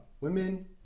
Women